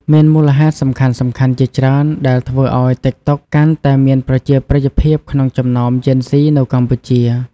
មានមូលហេតុសំខាន់ៗជាច្រើនដែលធ្វើឱ្យ តិកតុក កាន់តែមានប្រជាប្រិយភាពក្នុងចំណោមជេនហ្ស៊ីនៅកម្ពុជា។